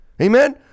Amen